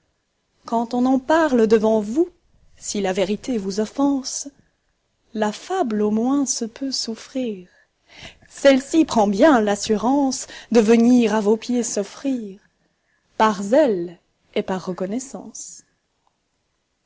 quand on en parle devant vous si la vérité vous offense la fable au moins se peut souffrir celle-ci prend bien l'assurance de venir à vos pieds s'offrir par zèle et par reconnaissance